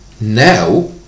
Now